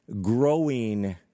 growing